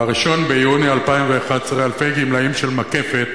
ב-1 ביוני 2011 ייוותרו אלפי גמלאים של "מקפת"